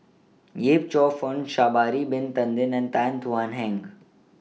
Yip Cheong Fun Sha'Ari Bin Tadin and Tan Thuan Heng